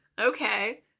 Okay